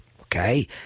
Okay